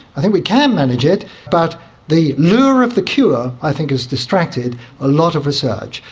i think we can manage it, but the lure of the cure i think has distracted a lot of research.